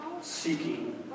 seeking